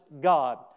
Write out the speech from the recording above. God